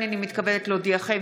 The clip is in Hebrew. הינני מתכבדת להודיעכם,